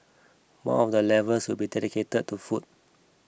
one of the levels will be dedicated to food